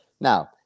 Now